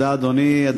תודה, אדוני.